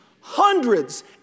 hundreds